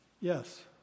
Yes